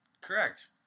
Correct